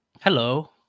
Hello